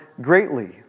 greatly